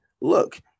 look